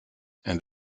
and